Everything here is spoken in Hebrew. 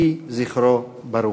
יהי זכרו ברוך.